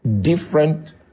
different